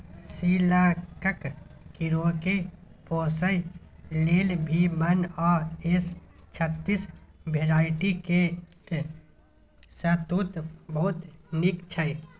सिल्कक कीराकेँ पोसय लेल भी वन आ एस छत्तीस भेराइटी केर शहतुत बहुत नीक छै